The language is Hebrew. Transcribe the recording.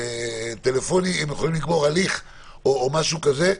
טלפון הם יכולים לגמור הליך או משהו כזה,